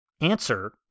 answer